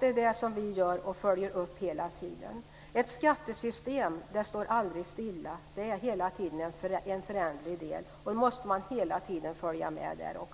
Det är det vi gör, och vi följer hela tiden upp det. Ett skattesystem står aldrig stilla. Någon del är alltid föränderlig. Då måste man följa med hela tiden.